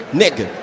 nigga